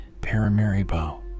Paramaribo